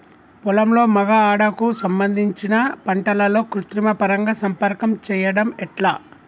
పొలంలో మగ ఆడ కు సంబంధించిన పంటలలో కృత్రిమ పరంగా సంపర్కం చెయ్యడం ఎట్ల?